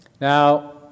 Now